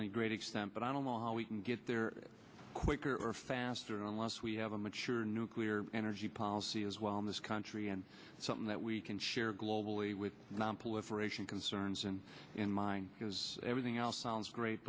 any great extent but i don't know how we can get there quicker or faster unless we have a mature nuclear energy policy as well in this country and something that we can share globally with nonproliferation concerns and in mine because everything else sounds great